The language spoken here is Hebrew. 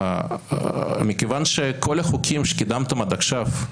מכיוון שכל החוקים שקידמתם עד עכשיו,